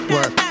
Work